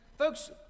Folks